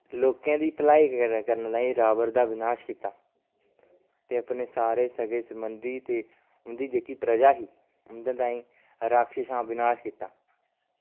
लोकें दी भलाई करने ताईं रावण दा बिनाश कीता ते अपने सारे सक्के सबंधी ते उं'दी जेह्की प्रज़ा ही उं'दै ताईं राक्षसें दा बिनास कीता